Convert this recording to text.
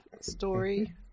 story